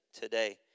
today